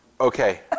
Okay